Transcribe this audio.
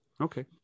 Okay